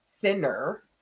thinner